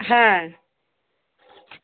হ্যাঁ